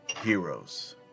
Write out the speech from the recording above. heroes